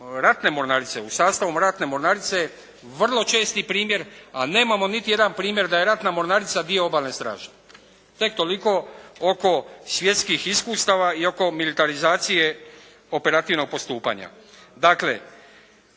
ratne mornarice, u sastavu ratne mornarice vrlo česti primjer, a nemamo niti jedan primjer da je ratna mornarica dio obalne straže. Tek toliko oko svjetskih iskustava i oko militarizacije operativnog postupanja. Dakle,